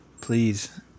Please